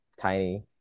tiny